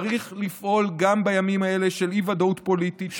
צריך לפעול גם בימים האלה של אי-ודאות פוליטית,